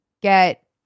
get